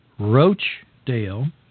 Roachdale